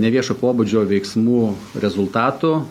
neviešo pobūdžio veiksmų rezultatų